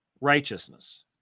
righteousness